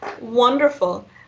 Wonderful